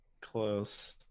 Close